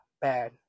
bad